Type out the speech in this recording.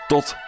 Tot